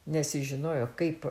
nes jis žinojo kaip